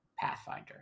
pathfinder